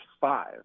five